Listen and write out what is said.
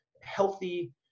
healthy